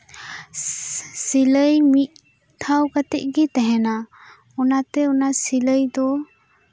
ᱥᱤᱞᱟᱹᱭ ᱢᱤᱫᱫᱷᱟᱣ ᱠᱟᱛᱮᱜ ᱜᱮ ᱛᱟᱦᱮᱱᱟ ᱚᱱᱟᱛᱮ ᱚᱱᱟ ᱥᱤᱞᱟᱹᱭ ᱫᱚ